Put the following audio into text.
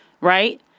right